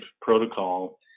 protocol